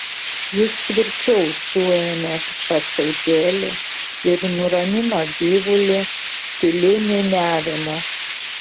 jis tvirčiau suėmė pasaitėlį ir nuramino gyvulį tyliu niūniavimu